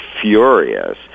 furious